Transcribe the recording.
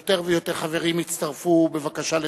יותר ויותר חברים יצטרפו בבקשה לדבר.